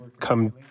come